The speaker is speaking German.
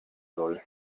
soll